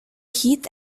heat